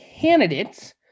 candidates